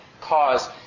cause